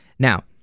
Now